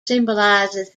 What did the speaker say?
symbolizes